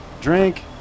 Drink